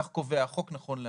כך קובע החוק נכון להיום.